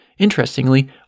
Interestingly